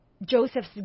joseph's